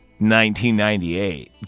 1998